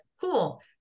cool